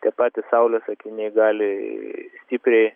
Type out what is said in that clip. taip pat saulės akiniai gali stipriai